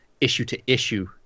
issue-to-issue